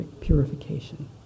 purification